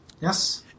Yes